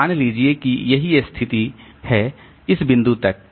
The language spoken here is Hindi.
तो मान लीजिए कि यही स्थिति है इस बिंदु तक